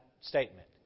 statement